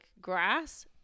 grass